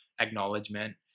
acknowledgement